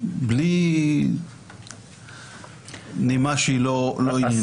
בלי נימה שאינה עניינית.